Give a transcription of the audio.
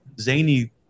zany